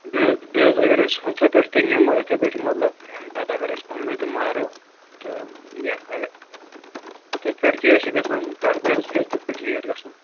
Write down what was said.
بیٚیہ حظ بیٚیہِ حظ اَگر أسۍ ہُتھے پٲٹھۍ تہِ نِمو یِتھٕے پٲٹھی مطلب اَمہِ پتہٕ اَگر اَسہِ پانے تہِ مارو تہٕ یا اَگر تِتھٕ پٲٹھۍ کیٛاہ چھُ حظ گژھان کٹہٕ برس کیٛاہ چھِ تِتھٕ پٲٹھۍ ریٹ گژھان